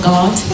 God